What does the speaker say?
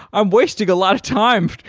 i'm wasting a lot of time,